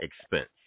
expense